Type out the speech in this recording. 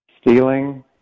Stealing